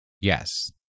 yes